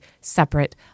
separate